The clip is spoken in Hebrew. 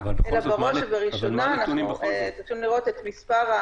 אבל לא היה נתון שרצינו ולא קיבלנו לפני שאישרנו,